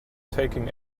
taking